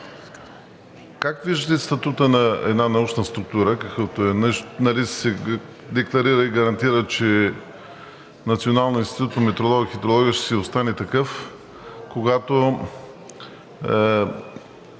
как виждате статута на една научна структура, каквато е НИМХ? Нали се декларира и гарантира, че Националният институт по метеорология и хидрология ще си остане такъв, като